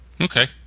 Okay